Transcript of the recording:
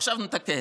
עכשיו נתקן,